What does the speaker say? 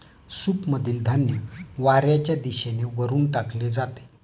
सूपमधील धान्य वाऱ्याच्या दिशेने वरून टाकले जाते